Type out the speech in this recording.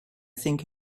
think